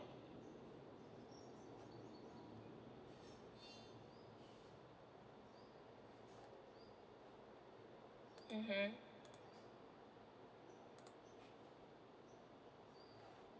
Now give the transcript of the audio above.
mmhmm